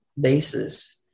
bases